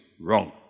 wrong